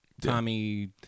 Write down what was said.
tommy